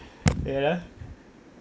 you know